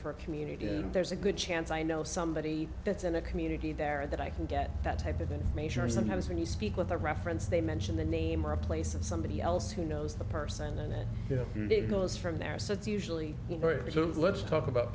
for a community there's a good chance i know somebody that's in a community there that i can get that type of that major sometimes when you speak with a reference they mention a name or a place and somebody else who knows the person and it goes from there so it's usually you know it was let's talk about